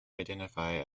identify